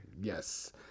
Yes